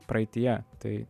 praeityje tai